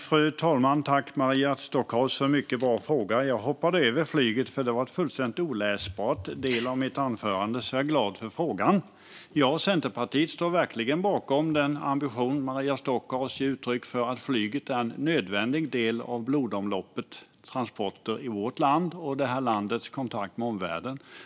Fru talman! Tack, Maria Stockhaus, för en mycket bra fråga! Jag hoppade över flyget, för det var en fullständigt oläsbar del i mitt manus. Jag är alltså glad för frågan. Jag och Centerpartiet står verkligen bakom den ambition som Maria Stockhaus ger uttryck för. Flyget är en nödvändig del av blodomloppet när det gäller transporter i vårt land och landets kontakt med omvärlden.